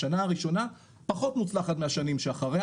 השנה הראשונה פחות מוצלחת מהשנים שהיו אחריה